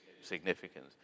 significance